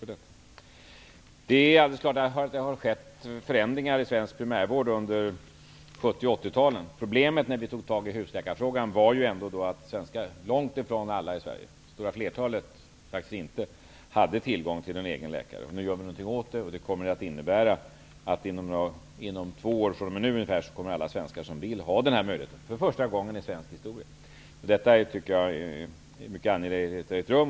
Det är alldeles klart att det har skett förändringar i svensk primärvård under 70 och 80-talen. När vi tog tag i husläkarfrågan var problemet att det stora flertalet i Sverige faktiskt inte hade tillgång till en egen läkare. Nu gör vi någonting åt det. Det kommer att innebära att alla svenskar som vill ha den här möjligheten kommer att få den inom ungefär två år. Det är första gången i svensk historia. Detta är mycket angeläget.